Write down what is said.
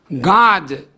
God